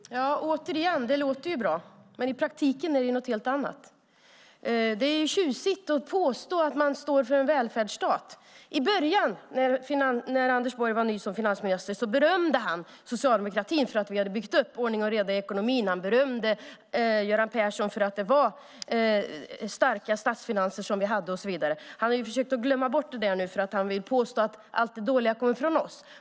Fru talman! Återigen, det låter bra, men i praktiken är det något helt annat. Det är ju tjusigt att påstå att man står för en välfärdsstat. I början, när Anders Borg var ny som finansminister, berömde han socialdemokratin för att ha byggt upp ordning och reda i ekonomin, och han berömde Göran Persson för att vi hade starka statsfinanser och så vidare. Han har försökt att glömma bort det där nu, därför att han vill påstå att allt det dåliga kommer från oss.